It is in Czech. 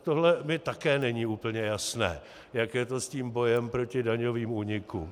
Tohle mi také není úplně jasné, jak je to s tím bojem proti daňovým únikům.